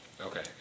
Okay